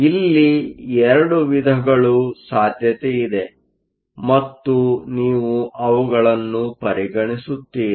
ಇಲ್ಲಿ 2 ವಿಧಗಳು ಸಾಧ್ಯತೆ ಇದೆ ಮತ್ತು ನೀವು ಅವುಗಳನ್ನು ಪರಿಗಣಿಸುತ್ತೀರಿ